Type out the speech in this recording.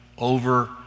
over